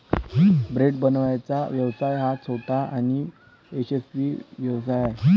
bread बनवण्याचा व्यवसाय हा छोटा आणि यशस्वी व्यवसाय आहे